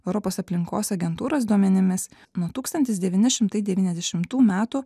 europos aplinkos agentūros duomenimis nuo tūkstantis devyni šimtai devyniasdešimtų metų